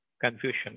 confusion